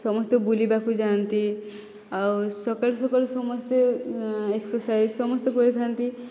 ସମସ୍ତେ ବୁଲିବାକୁ ଯାଆନ୍ତି ଆଉ ସକାଳୁ ସକାଳୁ ସମସ୍ତେ ଏକ୍ସରସାଇଜ ସମସ୍ତେ କରିଥା'ନ୍ତି